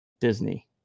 Disney